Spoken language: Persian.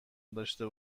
داشته